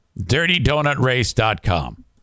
DirtyDonutRace.com